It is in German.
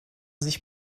sich